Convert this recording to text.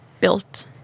built